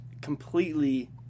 Completely